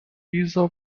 giza